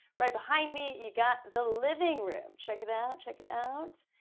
right behind me you've got the living room, check it out, check it out.